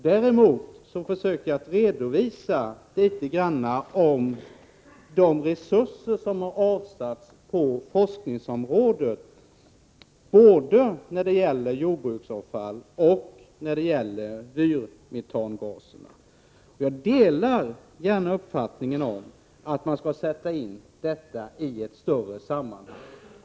Däremot försökte jag att redovisa litet grand om de resurser som har avsatts på forskningsområdet, både när det gäller jordbruksavfall och vyrmetangaserna. Jag delar gärna uppfattningen om att man skall sätta in detta i ett större sammanhang.